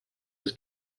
was